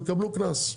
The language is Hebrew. יקבלו קנס,